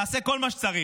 נעשה כל מה שצריך,